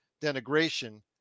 denigration